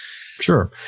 Sure